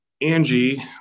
Angie